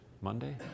Monday